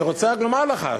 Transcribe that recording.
אני רוצה רק לומר לך,